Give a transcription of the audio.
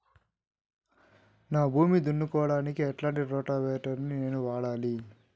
నా భూమి దున్నుకోవడానికి ఎట్లాంటి రోటివేటర్ ని నేను వాడాలి?